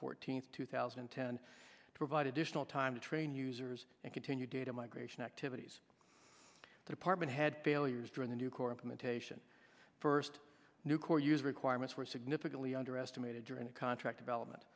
fourteenth two thousand and ten to provide additional time to train users and continue data migration activities the department had failures during the new core implementation first new core user requirements were significantly underestimated during the contract development